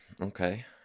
Okay